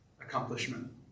accomplishment